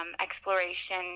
Exploration